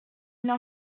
n’en